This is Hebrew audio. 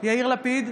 יאיר לפיד,